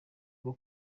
bwo